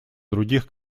других